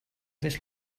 this